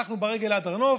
הלכנו ברגל עד הר נוף,